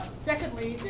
secondly, the